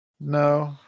No